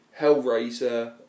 Hellraiser